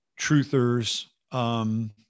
truthers